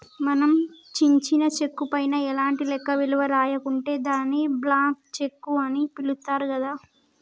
మనం చించిన చెక్కు పైన ఎలాంటి లెక్క విలువ రాయకుంటే దాన్ని బ్లాంక్ చెక్కు అని పిలుత్తారు గదా